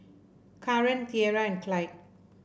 Kaaren Tierra and Clide